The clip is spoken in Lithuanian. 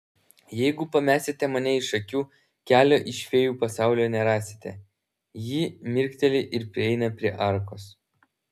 jeigu pamesite mane iš akių kelio iš fėjų pasaulio nerasite ji mirkteli ir prieina prie arkos